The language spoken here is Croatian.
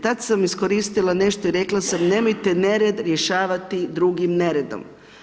Tada sam iskoristila nešto i rekla sam nemojte nered rješavati drugim neredom.